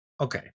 Okay